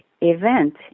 event